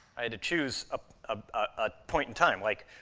i had to choose a ah ah point in time. like,